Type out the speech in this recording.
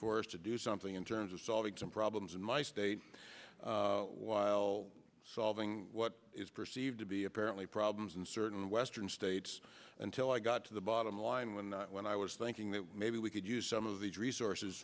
for us to do something in terms of solving some problems in my state while solving what is perceived to be apparently problems in certain western states until i got to the bottom line when when i was thinking maybe we could use some of these resources